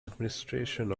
administration